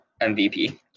MVP